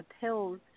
pills